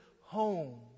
home